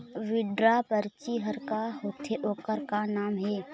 Withdraw परची हर का होते, ओकर का काम हे?